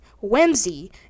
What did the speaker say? whimsy